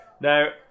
Now